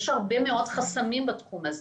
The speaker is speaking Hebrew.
יש הרבה מאוד חסמים בתחום הזה.